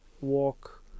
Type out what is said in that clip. walk